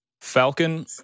Falcon